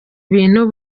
bintu